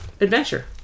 adventure